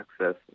access